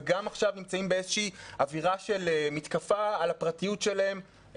וגם עכשיו נמצאים באיזושהי אווירה של מתקפה על הפרטיות שלהם,